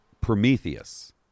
Prometheus